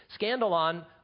Scandalon